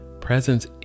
presence